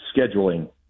scheduling